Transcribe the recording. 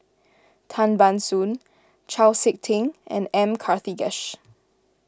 Tan Ban Soon Chau Sik Ting and M Karthigesu